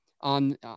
on